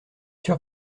sûr